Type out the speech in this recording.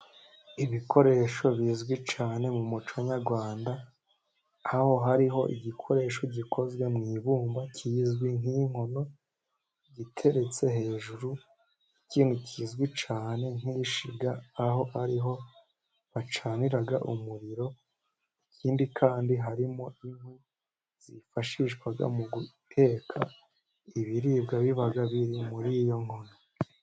Ibikoresho bizwi cyane mu muco nyarwanda, aho hariho igikoresho gikozwe mu ibumba kizwi nk'inkono giteretse hejuru ikintu kizwi cyane nk'ishinga, aho ari ho bacaniraga umuriro ikindi kandi harimo inkwi zifashishwa mu guteka ibiribwa biba biri muri iyo nko.